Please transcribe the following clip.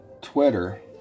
Twitter